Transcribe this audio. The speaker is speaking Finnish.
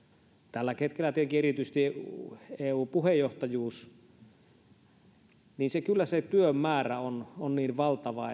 tälläkin hetkellä tietenkin erityisesti eu puheenjohtajuus että se työn määrä on on kyllä valtava